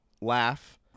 laugh